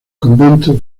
convento